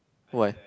why